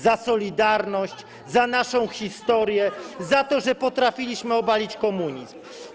Za „Solidarność”, za naszą historię, za to, że potrafiliśmy obalić komunizm.